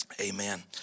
Amen